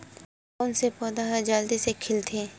कोन से पौधा ह जल्दी से खिलथे?